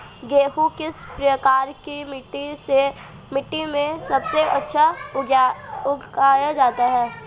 गेहूँ किस प्रकार की मिट्टी में सबसे अच्छा उगाया जाता है?